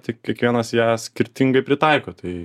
tik kiekvienas ją skirtingai pritaiko tai